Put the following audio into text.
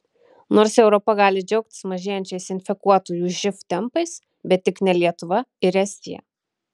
nors europa gali džiaugtis mažėjančiais infekuotųjų živ tempais bet tik ne lietuva ir estija